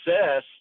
success